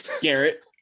Garrett